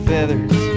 Feathers